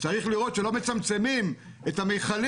צריך לראות שלא מצמצמים את המכלים